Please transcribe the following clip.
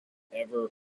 ever